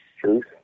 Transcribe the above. Truth